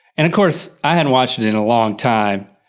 and of course, i hadn't watched it in a long time.